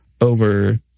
over